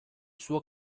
suo